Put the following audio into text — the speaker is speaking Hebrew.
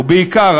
או בעיקר,